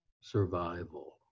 survival